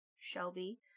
Shelby